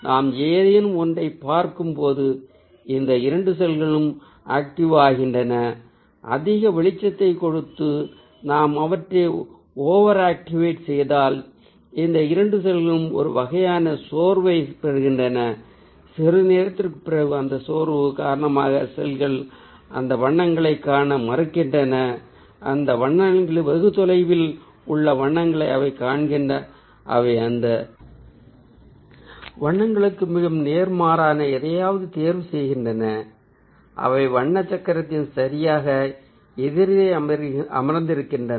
நாம் ஏதேனும் ஒன்றை பார்க்கும் போது இந்த இரண்டு செல்களும் ஆக்டிவ் ஆகின்றன அதிக வெளிச்சத்தை கொடுத்து நாம் அவற்றை ஓவர் ஆக்டிவேட் செய்தால் இந்த இரண்டு செல்களும் ஒரு வகையான சோர்வை பெறுகின்றன சிறிது நேரத்திற்குப் பிறகு அந்த சோர்வு காரணமாக செல்கள் அந்த வண்ணங்களைக் காண மறுக்கின்றன அந்த வண்ணங்களிலிருந்து வெகு தொலைவில் உள்ள வண்ணங்களை அவை காண்கின்றன அவை அந்த வண்ணங்களுக்கு மிகவும் நேர்மாறான எதையாவது தேர்வு செய்கின்றன அவை வண்ண சக்கரத்தில் சரியாக எதிரே அமர்திருக்கின்றன